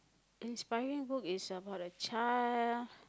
inspiring book is about a child